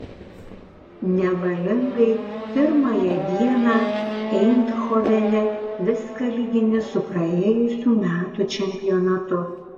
nevalingai pirmąją dieną eindhovene viską lygini su praėjusių metų čempionatu